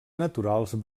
naturals